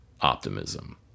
optimism